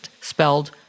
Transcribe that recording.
spelled